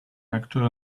actor